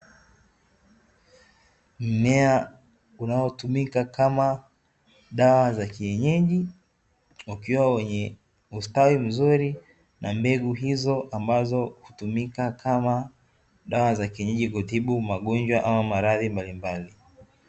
Mmea unaotumika kama dawa za kienyeji, ukiwa wenye ustawi mzuri, na mbegu hizo ambazo hutumika kama dawa za kienyeji kutibu magonjwa ama maradhi mbalimbali.